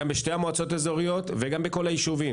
בשתי מועצות אזוריות ובכל היישובים.